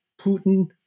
Putin